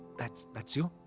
that's that's you?